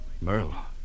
Merle